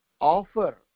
offer